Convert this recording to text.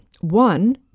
One